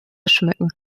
schmücken